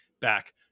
back